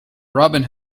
robin